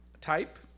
type